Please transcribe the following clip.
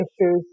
issues